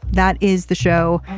that is the show.